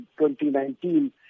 2019